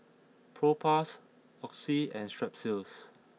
Propass Oxy and Strepsils